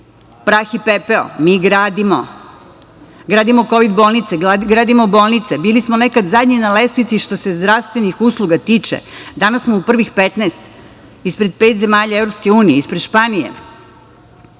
prah i pepeo. Mi gradimo. Gradimo kovid bolnice, gradimo bolnice. Bili smo nekad zadnji na lestvici što se zdravstvenih usluga tiče, danas smo u prvih 15, ispred pet zemalja EU, ispred Španije,